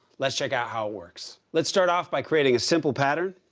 let's check out how it works. let's start off by creating a simple pattern.